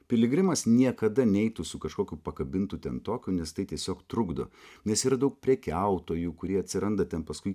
piligrimas niekada neitų su kažkokiu pakabintu ten tokiu nes tai tiesiog trukdo nes yra daug prekiautojų kurie atsiranda ten paskui